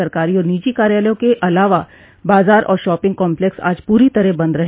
सरकारी और निजी कार्यालयों के अलावा बाजार और शॉपिंग कॉम्पलेक्स आज पूरी तरह बंद रहे